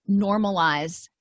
normalize